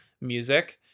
music